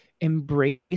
embrace